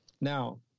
Now